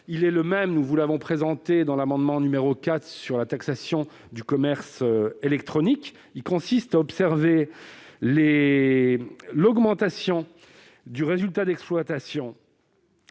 est le même que celui que nous avons présenté dans l'amendement n° 4 rectifié, sur la taxation du commerce électronique. Il consiste à observer l'augmentation du résultat d'exploitation